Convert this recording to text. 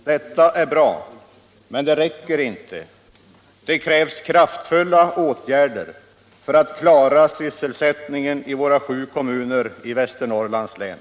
Detta är bra, men det räcker inte. Det krävs kraftfulla åtgärder för — Samordnad att klara sysselsättningen i våra sju kommuner i Västernorrlands län.